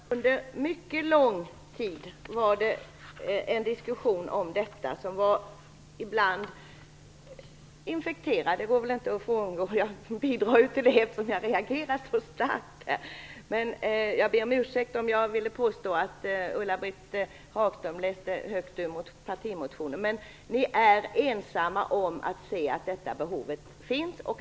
Fru talman! Under mycket lång tid fördes en diskussion om detta. Ibland var den infekterad. Det kan jag väl inte frångå. Men jag bidrar väl till det, eftersom jag reagerar så starkt här. Jag ber om ursäkt om jag påstod att Ulla-Britt Hagström läste högt ur partimotionen. Ni är i varje fall ensamma om att anse att nämnda behov finns.